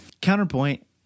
Counterpoint